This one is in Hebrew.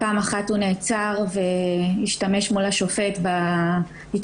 פעם אחת הוא נעצר והשתמש מול השופט בטיעון